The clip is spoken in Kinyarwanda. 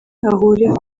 ahure